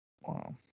Wow